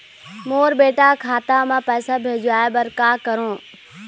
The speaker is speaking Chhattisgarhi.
मोर बेटा खाता मा पैसा भेजवाए बर कर करों?